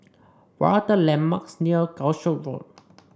what are the landmarks near Calshot Road